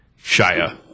Shia